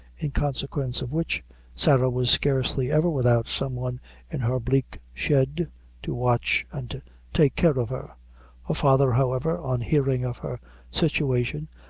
in consequence of which sarah was scarcely ever without some one in her bleak shed to watch and take care of her. her father, however, on hearing of her situation,